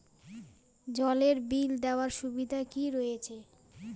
জলের বিল দেওয়ার সুবিধা কি রয়েছে?